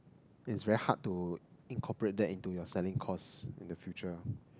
it's very hard to incorporate that into your selling cost in the future